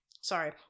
Sorry